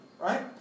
right